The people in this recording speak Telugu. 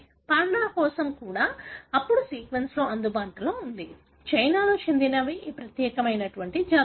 పాండా కోసం కూడా ఇప్పుడు సీక్వెన్స్ అందుబాటులో ఉంది చైనాకు చెందినవి ఈ ప్రత్యేకమైన జాతులు